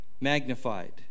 Magnified